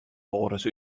wolris